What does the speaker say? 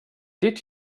did